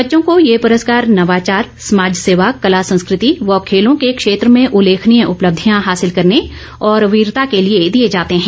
बच्चों को ये पुरस्कार नवाचार समाज सेवा कला संस्कृति व खेलों के क्षेत्र में उल्लेखनीय उपलब्धियां हासिल करने और वीरता के लिए दिये जाते हैं